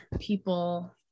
people